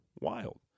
Wild